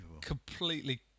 completely